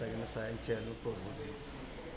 తగిన సాయం చేయాలని కోరుకుంటున్నాం